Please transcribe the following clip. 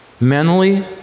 mentally